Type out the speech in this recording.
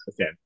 Okay